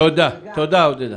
תודה, עודדה.